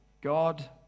God